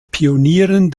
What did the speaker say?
pionieren